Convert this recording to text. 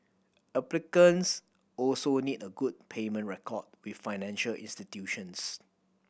applicants also need a good payment record with financial institutions